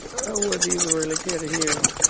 i wouldn't even really care to hear it